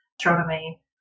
astronomy